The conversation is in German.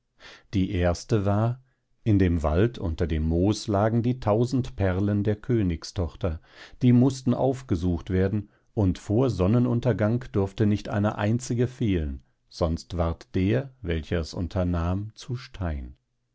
die erste war in dem wald unter dem moos lagen die tausend perlen der königstochter die mußten aufgesucht werden und vor sonnenuntergang durfte nicht eine einzige fehlen sonst ward der welcher es unternahm zu stein